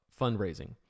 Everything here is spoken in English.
fundraising